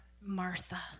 Martha